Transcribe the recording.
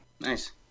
Nice